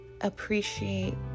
appreciate